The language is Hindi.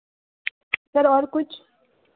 सर और कुछ